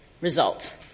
result